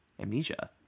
amnesia